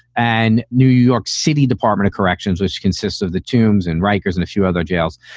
and new york city department of corrections, which consists of the tombs and rikers and a few other jails,